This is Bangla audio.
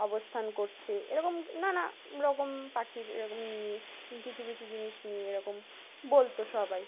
অবস্থান করছে এরকম নানা রকম পাখির এরকম নিয়ে কিছু কিছু জিনিস নিয়ে এরকম বলতো সবাই